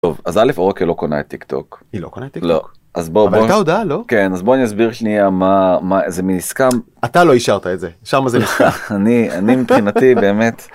אז אלף אור כאילו קונה את טיק טוק. היא לא קונה את טיק טוק? לא אז בוא בוא נסביר שנייה מה זה מסכם אתה לא אישר את זה שם זה לך אני אני מבחינתי באמת.